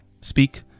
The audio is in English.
Speak